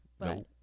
No